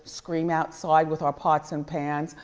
scream outside with our pots and pans,